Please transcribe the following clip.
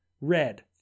red